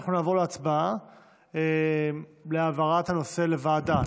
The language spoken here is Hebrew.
אנחנו נעבור להצבעה להעברת הנושא לוועדה,